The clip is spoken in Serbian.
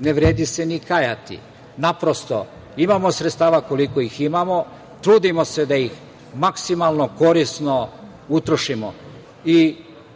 ne vredi se ni kajati. Naprosto imamo sredstava koliko ih imamo, trudimo se da ih maksimalno korisno utrošimo. Ono